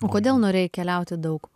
o kodėl norėjai keliauti daug